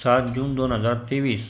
सात जून दोन हजार तेवीस